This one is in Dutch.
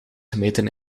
gemeten